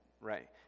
right